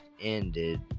ended